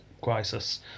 crisis